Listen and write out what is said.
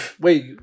Wait